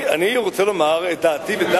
אני רוצה לומר את דעתי.